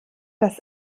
dass